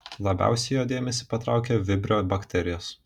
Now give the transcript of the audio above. labiausiai jo dėmesį patraukė vibrio bakterijos